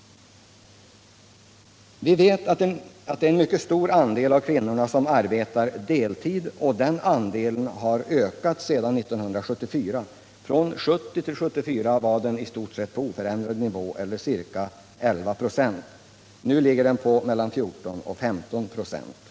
Vi vet att en mycket stor andel av kvinnorna arbetar deltid och att den andelen har ökat sedan 1974. 1970-1974 var den i stort sett på oförändrad nivå, ca 11 96. Nu ligger den på mellan 14 och 15 96.